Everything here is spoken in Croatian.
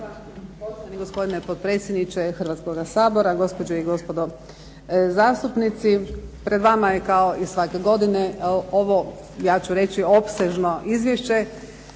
lijepa. Poštovani gospodine potpredsjedniče Hrvatskoga sabora, gospođe i gospodo zastupnici. Pred vama je kao i svake godine ovo ja ću reći opsežno izvješće